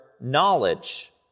knowledge